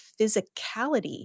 physicality